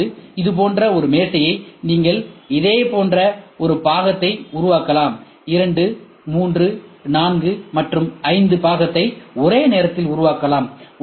அதாவது இது போன்ற ஒரு மேசையை நீங்கள் இதைப் போன்ற ஒரு பாகத்தை உருவாக்கலாம் 2 3 4 மற்றும் 5 பாகத்தை ஒரே நேரத்தில் உருவாக்கலாம்